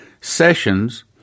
Sessions